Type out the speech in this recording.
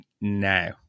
now